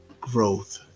growth